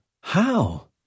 How